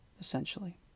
essentially